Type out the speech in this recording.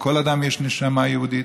בכל אדם יש נשמה יהודית,